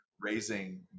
raising